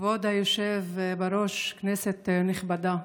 כבוד היושב בראש, כנסת נכבדה,